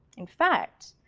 in fact,